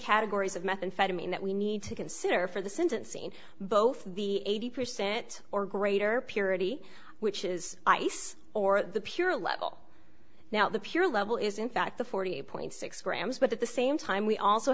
categories of methamphetamine that we need to consider for the sentencing both the eighty percent or greater purity which is ice or the pure level now the pure level is in fact the forty eight point six grams but at the same time we also